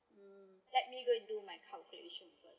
let me go and do my calculation first